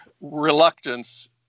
reluctance